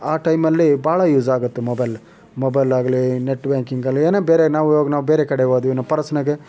ಆ ಟೈಮಲ್ಲಿ ಭಾಳ ಯೂಸಾಗುತ್ತೆ ಮೊಬೈಲು ಮೊಬೈಲಾಗಲಿ ನೆಟ್ ಬ್ಯಾಕಿಂಗಾಗ್ಲಿ ಏನೇ ಬೇರೆ ನಾವು ಇವಾಗ ನಾವು ಬೇರೆ ಕಡೆ ಹೋದ್ವಿ ನಮ್ಮ ಪರ್ಸ್ದಾಗ